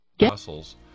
Muscles